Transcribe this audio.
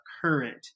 current